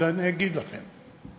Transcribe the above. ואני אגיד לכם,